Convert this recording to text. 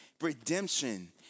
redemption